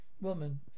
Woman